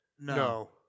No